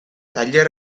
tailer